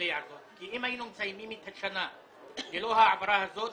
היינו מסיימים את השנה ללא העברה הזאת,